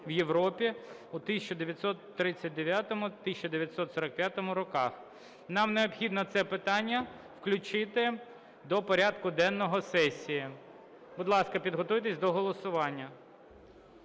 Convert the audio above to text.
в Європі у 1939-1945 років. Нам необхідно це питання включити до порядку денного сесії. Будь ласка, підготуйтесь до голосування.